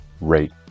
rate